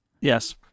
Yes